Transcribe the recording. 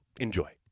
enjoy